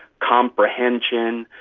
comprehension,